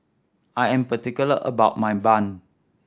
I am particular about my bun